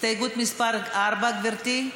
הסתייגות מס' 4, גברתי?